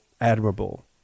admirable